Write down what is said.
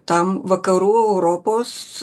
tam vakarų europos